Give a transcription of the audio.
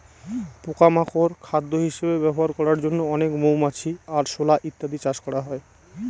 পোকা মাকড় খাদ্য হিসেবে ব্যবহার করার জন্য অনেক মৌমাছি, আরশোলা ইত্যাদি চাষ করা হয়